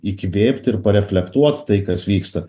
įkvėpt ir pareflektuot tai kas vyksta